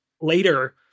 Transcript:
later